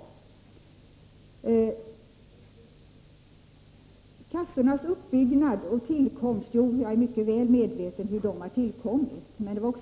Så några ord om kassornas uppbyggnad och tillkomst. Jag är mycket medveten om hur kassorna har tillkommit. Men